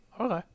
Okay